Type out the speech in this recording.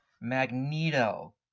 Magneto